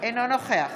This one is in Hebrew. אינו נוכח